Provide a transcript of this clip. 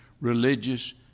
religious